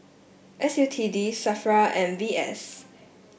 S U T D Safra and V S